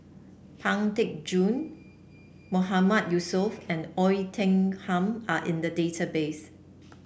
Pang Teck Joon Mahmood Yusof and Oei Tiong Ham are in the database